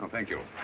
thank you.